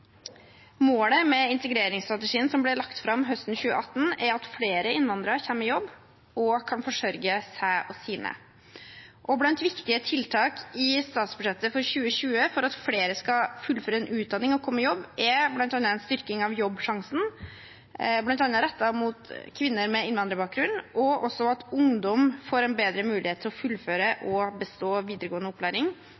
Målet med integreringsstrategien som ble lagt fram høsten 2018, er at flere innvandrere kommer i jobb og kan forsørge seg og sine. Blant viktige tiltak i statsbudsjettet for 2020 for at flere skal fullføre en utdanning og komme i jobb, er en styrking av Jobbsjansen, bl.a. rettet mot kvinner med innvandrerbakgrunn, og at ungdom får en bedre mulighet til å fullføre